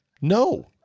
No